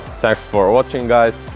thanks for watching guys!